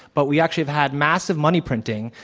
but we actually have had massive money printing.